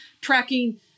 Tracking